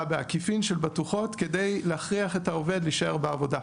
בעקיפין של בטוחות כדי להכריח את העובד להישאר בעבודה.